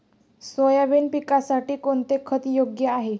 Soybean पिकासाठी कोणते खत योग्य आहे?